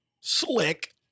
Slick